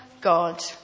God